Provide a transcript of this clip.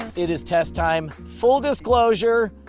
and it is test time. full disclosure,